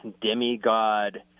demigod